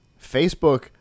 Facebook